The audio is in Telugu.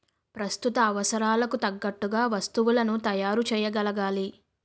ప్రస్తుత అవసరాలకు తగ్గట్టుగా వస్తువులను తయారు చేయగలగాలి